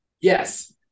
Yes